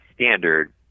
standard